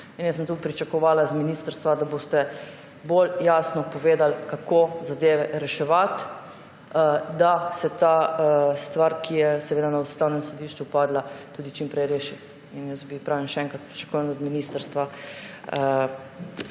Tu sem pričakovala z ministrstva, da boste bolj jasno povedali, kako zadeve reševati, da se ta stvar, ki je seveda na Ustavnem sodišču padla, tudi čim prej reši. Pravim še enkrat, pričakujem od ministrstva,